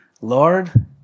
Lord